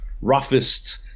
roughest